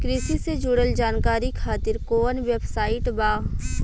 कृषि से जुड़ल जानकारी खातिर कोवन वेबसाइट बा?